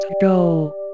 go